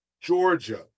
Georgia